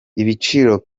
ibiciro